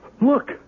Look